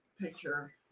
picture